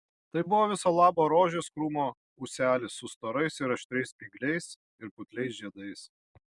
tai buvo viso labo rožės krūmo ūselis su storais ir aštrias spygliais ir putliais žiedais